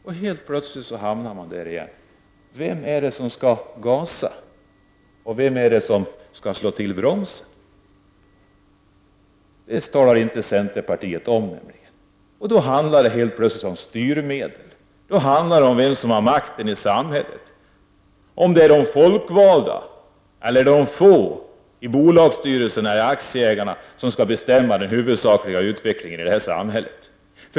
Men helt plötsligt hamnar vi där igen: Vem är det som skall gasa? Vem är det som skall slå på bromsen? Det talar centerpartiet inte om. Då handlar det plötsligt om styrmedel, om vem som har makten i samhället, om det är de folkvalda eller de få i bolagsstyrelserna och aktieägarna som skall bestämma den huvudsakliga utvecklingen i samhället.